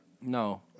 No